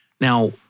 Now